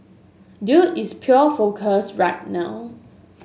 dude is pure focus right now